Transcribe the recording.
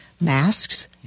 masks